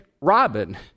Robin